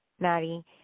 Maddie